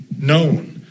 known